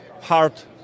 heart